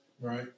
Right